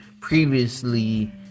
previously